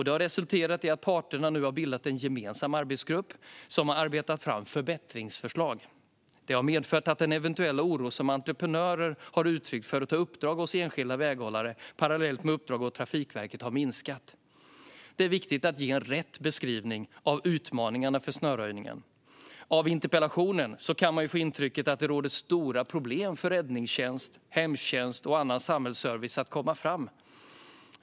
Det har resulterat i att parterna nu har bildat en gemensam arbetsgrupp som har arbetat fram förbättringsförslag. Det har medfört att den eventuella oro som entreprenörer har uttryckt för att ta uppdrag hos enskilda väghållare parallellt med uppdrag åt Trafikverket har minskat. Det är viktigt att ge rätt beskrivning av utmaningarna för snöröjningen. Av interpellationen kan man få intrycket att det råder stora problem för räddningstjänst, hemtjänst och annan samhällsservice att komma fram.